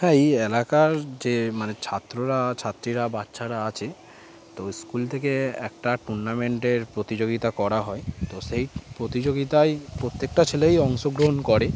হ্যাঁ এই এলাকার যে মানে ছাত্ররা ছাত্রীরা বাচ্চারা আছে তো স্কুল থেকে একটা টুর্নামেন্টের প্রতিযোগিতা করা হয় তো সেই প্রতিযোগিতায় প্রত্যেকটা ছেলেই অংশগ্রহণ করে